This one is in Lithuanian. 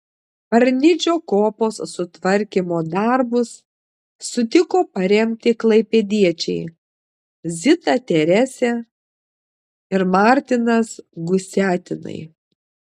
parnidžio kopos sutvarkymo darbus sutiko paremti klaipėdiečiai zita teresė ir martinas gusiatinai